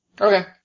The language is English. Okay